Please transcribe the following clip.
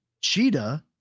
cheetah